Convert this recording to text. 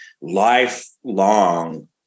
lifelong